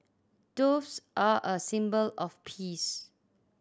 doves are a symbol of peace